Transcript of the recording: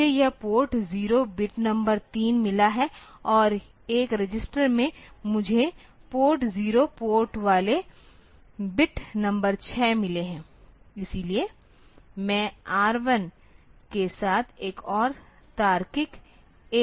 मुझे यह port zero bit number 3 मिला है और एक रजिस्टर में मुझे पोर्ट जीरो पोर्ट वाले बिट नंबर 6 मिले हैं